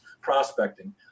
prospecting